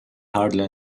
hardly